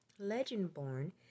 Legendborn